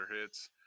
hits